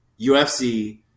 UFC